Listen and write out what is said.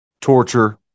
torture